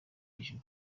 hejuru